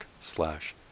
slash